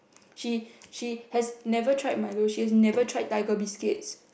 she she has never tried Milo she has never tried tiger biscuit